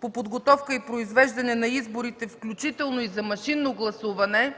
по подготовка и произвеждане на изборите, включително и за машинно гласуване,